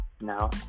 now